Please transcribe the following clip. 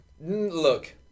Look